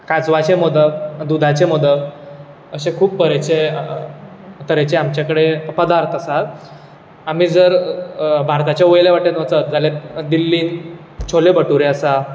काजवाचे मोदक दुदाचे मोदक अशे खूब तरेचे आमचे कडेन पदार्थ आसात आमी जर भारताच्या वयल्या वटेन वचत जाल्यार दिल्ली छोले बटुरे आसा